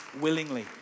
willingly